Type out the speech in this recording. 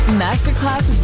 masterclass